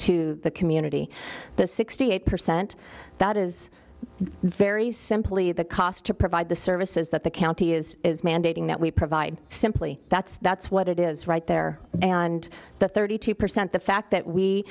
into the community the sixty eight percent that is very simply the cost to provide the services that the county is mandating that we provide simply that's that's what it is right there and the thirty two percent the fact that we